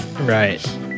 Right